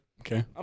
Okay